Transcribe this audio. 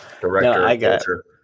director